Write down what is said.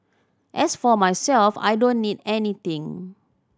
as for myself I don't need anything